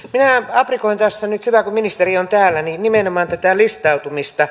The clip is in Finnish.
aprikoin tässä nyt hyvä kun ministeri on täällä nimenomaan tätä listautumista